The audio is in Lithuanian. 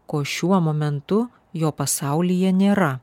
ko šiuo momentu jo pasaulyje nėra